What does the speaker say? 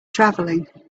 travelling